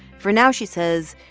for now, she says,